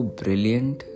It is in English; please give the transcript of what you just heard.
brilliant